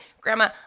Grandma